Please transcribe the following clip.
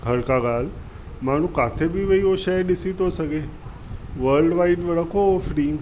हर का ॻाल्हि माण्हू किथे बि वेही हो शइ ॾिसी थो सघे वल्ड वाइड रखो फ्री